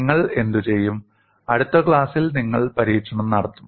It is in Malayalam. നിങ്ങൾ എന്തുചെയ്യും അടുത്ത ക്ലാസ്സിൽ നിങ്ങൾ പരീക്ഷണം നടത്തും